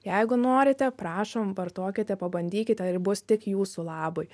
jeigu norite prašom vartokite pabandykite ir bus tik jūsų labui